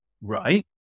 right